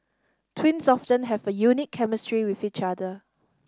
twins often have a unique chemistry with each other